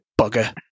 bugger